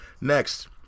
Next